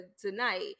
tonight